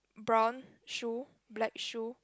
brown shoe black shoe